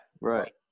right